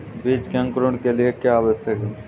बीज के अंकुरण के लिए क्या आवश्यक है?